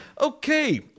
Okay